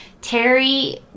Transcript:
Terry